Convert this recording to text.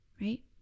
Right